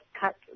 cut